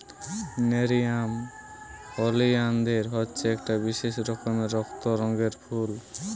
nerium oleander হচ্ছে একটা বিশেষ রকমের রক্ত রঙের ফুল